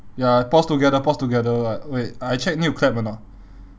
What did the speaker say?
ya pause together pause together like wait I check need to clap or not